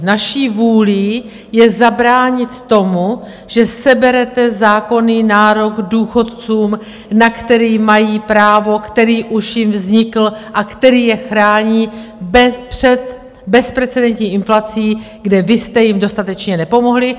Naší vůlí je zabránit tomu, že seberete zákonný nárok důchodcům, na který mají právo, který už jim vznikl a který je chrání před bezprecedentní inflací, kde vy jste jim dostatečně nepomohli.